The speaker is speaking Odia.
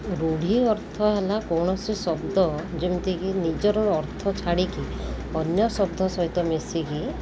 ରୂଢ଼ି ଅର୍ଥ ହେଲା କୌଣସି ଶବ୍ଦ ଯେମିତିକି ନିଜର ଅର୍ଥ ଛାଡ଼ିକି ଅନ୍ୟ ଶବ୍ଦ ସହିତ ମିଶିକି